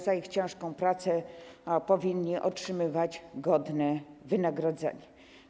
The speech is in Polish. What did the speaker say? Za swoją ciężką pracę powinni otrzymywać godne wynagrodzenie.